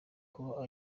kuba